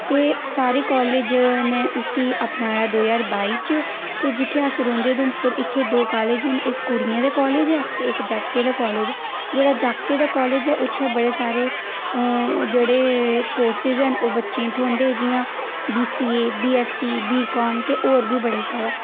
ते सारे कालेज ने उस्सी अपनाया दो ज्हार बाई च ते जित्थें अस औंदे उधमपुर इत्थें दो कालेज न इक कुड़ियां दा कालेज ऐ ते इक जगते दा कालेज जेह्ड़ा जगते दा कालेज ऐ उत्थे बड़े सारे जेह्ड़े कोर्सेस न ओह् बच्चें गी थौहंदे जियां बीसीए बीएससी बीकाम ते होर बी बड़े सारा